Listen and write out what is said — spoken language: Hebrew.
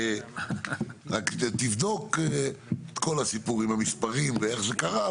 רק תבדוק את כל הסיפור, עם המספרים ואיך זה קרה.